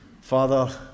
Father